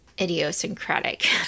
idiosyncratic